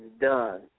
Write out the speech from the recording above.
done